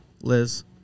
Liz